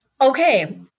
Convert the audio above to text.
Okay